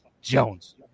Jones